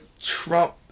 Trump